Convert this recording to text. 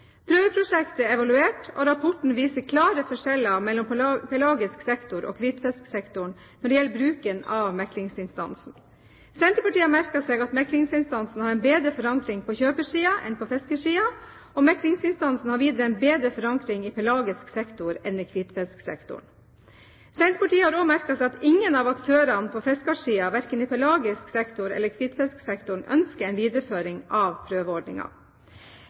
Prøveprosjektet er evaluert, og rapporten viser klare forskjeller mellom pelagisk sektor og hvitfisksektoren når det gjelder bruken av meklingsinstansen. Senterpartiet har merket seg at meklingsinstansen har en bedre forankring på kjøpersiden enn på fiskersiden. Meklingsinstansen har videre en bedre forankring i pelagisk sektor enn i hvitfisksektoren. Senterpartiet har også merket seg at ingen av aktørene på fiskersiden, verken i pelagisk sektor eller i hvitfisksektoren, ønsker en videreføring av